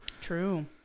true